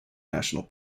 national